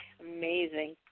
amazing